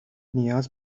نیاز